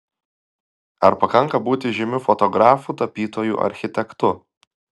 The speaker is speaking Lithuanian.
ar pakanka būti žymiu fotografu tapytoju architektu